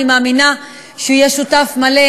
אני מאמינה שהוא יהיה שותף מלא